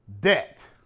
debt